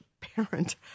parent